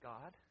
God